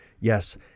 yes